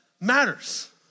matters